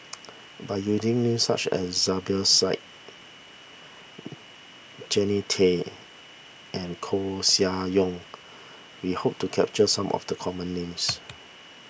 by using names such as Zubir Said Jannie Tay and Koeh Sia Yong we hope to capture some of the common names